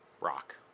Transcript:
rock